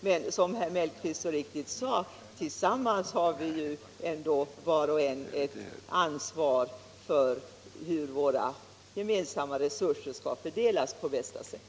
Men, som herr Mellqvist så riktigt sade, tillsammans har vi ju ett ansvar för hur våra gemensamma resurser skall fördelas på bästa sätt.